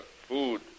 food